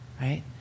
right